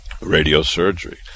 radiosurgery